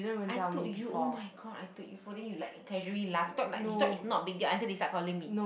I told you oh my god I told you for then you like casually laugh you thought like you thought it's not a big deal until they start calling me